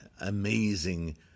amazing